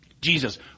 Jesus